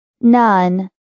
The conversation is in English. None